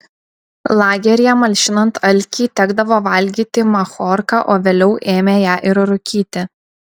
lageryje malšinant alkį tekdavo valgyti machorką o vėliau ėmė ją ir rūkyti